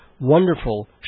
wonderful